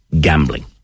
gambling